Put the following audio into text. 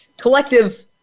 collective